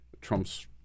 Trump's